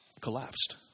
collapsed